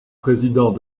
président